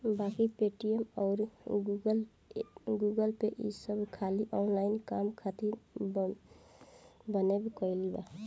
बाकी पेटीएम अउर गूगलपे ई सब खाली ऑनलाइन काम खातिर बनबे कईल बा